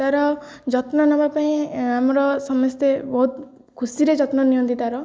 ତାର ଯତ୍ନ ନେବା ପାଇଁ ଆମର ସମସ୍ତେ ବହୁତ ଖୁସିରେ ଯତ୍ନ ନିଅନ୍ତି ତାର